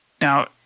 Now